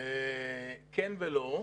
כן ולא.